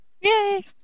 Yay